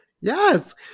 Yes